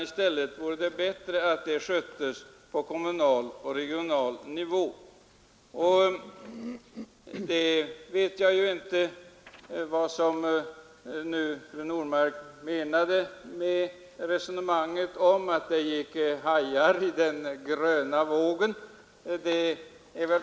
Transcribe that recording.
I stället vore det bättre att detta sköttes på kommunal och regional nivå. Jag vet inte vad fru Normark menade med sitt resonemang om att det gick hajar i den gröna vågen.